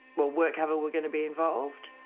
well, workcover were going to be involved.